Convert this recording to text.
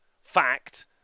fact